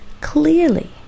clearly